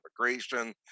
immigration